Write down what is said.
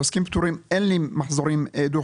ולגבי עוסקים פטורים אין לי מחזורים דו-חודשיים,